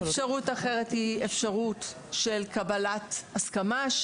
אפשרות אחרת היא אפשרות של קבלת הסכמה.